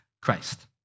Christ